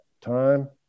time